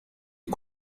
est